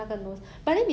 I guess